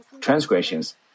transgressions